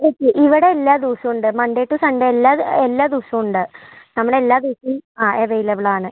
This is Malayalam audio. ഓക്കെ ഇവിടെ എല്ലാ ദിവസവുമുണ്ട് മൺഡേ ടു സൺഡേ എല്ലാ എല്ലാ ദിവസമുണ്ട് നമ്മളെല്ലാ ദിവസം ആ അവൈലബിളാണ്